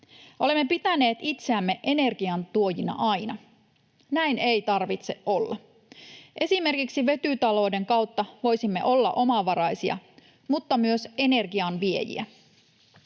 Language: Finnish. Olemme pitäneet itseämme ener-gian tuojina aina. Näin ei tarvitse olla. Esimerkiksi vetytalouden kautta voisimme olla omavaraisia, mutta myös energianviejiä.